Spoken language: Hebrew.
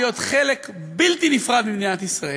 להיות חלק בלתי נפרד ממדינת ישראל,